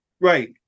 right